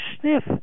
sniff